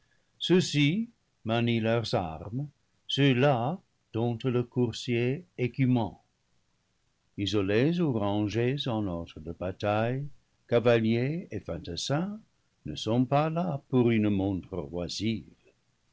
armes ceux-là domptent le coursier écumant isolés ou rangés en ordre de bataille cavaliers et fantassins ne sont pas là pour une montre oisive